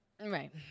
Right